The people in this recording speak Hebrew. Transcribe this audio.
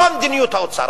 לא מדיניות האוצר,